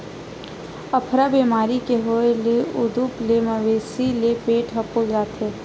अफरा बेमारी के होए ले उदूप ले मवेशी के पेट ह फूल जाथे